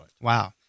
Wow